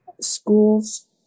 schools